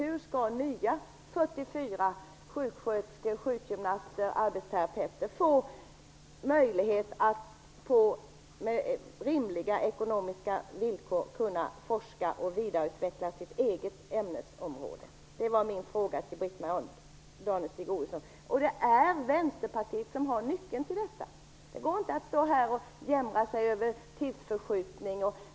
Hur skall 44 nya sjuksköterskor, sjukgymnaster och arbetsterapeuter få möjlighet att med rimliga ekonomiska villkor kunna forska och vidareutveckla sitt eget ämnesområde? Det är min fråga till Britt-Marie Danestig Det är Vänsterpartiet som har nyckeln till detta. Det går inte att stå här och jämra sig över tidsförskjutning.